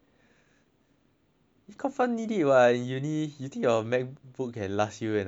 confirm you do uh uni you think a macbook can last you enough four years meh